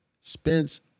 Spence